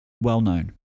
well-known